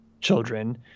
children